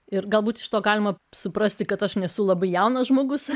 ir galbūt iš to galima suprasti kad aš nesu labai jaunas žmogus